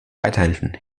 weiterhelfen